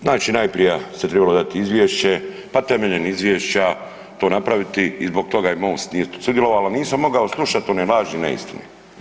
Znači najprija se trebalo dati izvješće pa temeljem izvješća to napraviti i zbog toga je MOST nije sudjelovao, nisam mogao slušati one laži i neistine.